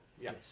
Yes